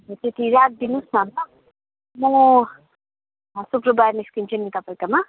त्यति राखिदिनुहोस् न म शुक्रवार निस्किन्छु नि तपाईँकोमा